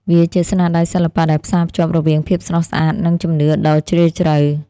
វាជាស្នាដៃសិល្បៈដែលផ្សារភ្ជាប់រវាងភាពស្រស់ស្អាត និងជំនឿដ៏ជ្រាលជ្រៅ។